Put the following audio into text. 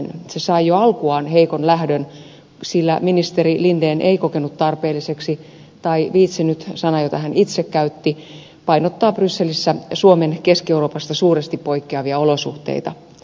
se sai jo alkuaan heikon lähdön sillä ministeri linden ei kokenut tarpeelliseksi tai viitsinyt jota sanaa hän itse käytti painottaa brysselissä suomen keski euroopasta suuresti poikkeavia olosuhteita